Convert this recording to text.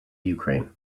ukraine